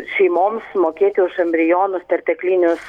šeimoms mokėti už embrionus perteklinius